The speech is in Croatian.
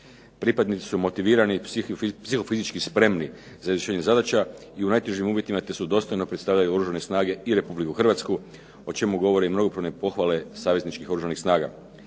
Pripadnici su motivirani, psihofizički spremni za izvršenje zadaća i u najtežim uvjetima te dostojno predstavljaju Oružane snage i Republiku Hrvatsku, o čemu govore i mnogobrojne pohvale savezničkih oružanih snaga.